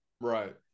right